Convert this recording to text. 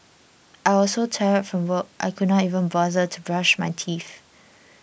I was so tired from work I could not even bother to brush my teeth